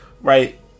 right